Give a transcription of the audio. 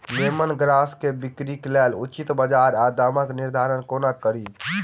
Lemon grass केँ बिक्रीक लेल उचित बजार आ दामक निर्धारण कोना कड़ी?